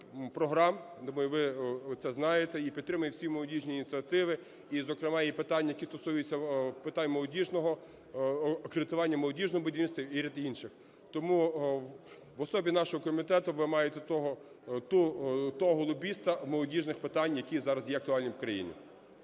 (думаю, ви це знаєте) і підтримує всі молодіжні ініціативи, і, зокрема, і питання, які стосуються питань кредитування молодіжного будівництва і ряд інших. Тому в особі нашого комітету ви маєте того лобіста молодіжних питань, які зараз є актуальними в країні.